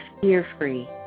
fear-free